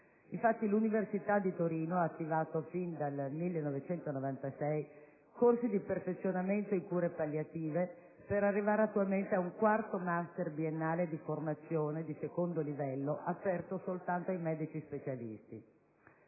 L'università di Torino infatti ha attivato, fin dal 1998, corsi di perfezionamento in cure palliative, per arrivare attualmente ad un quarto*master* biennale di formazione, di secondo livello, aperto soltanto ai medici specialisti.